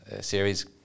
series